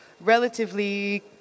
relatively